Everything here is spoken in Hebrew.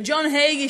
בג'ון הייגי,